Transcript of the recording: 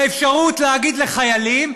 האפשרות להגיד לחיילים,